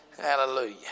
Hallelujah